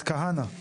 כהנא,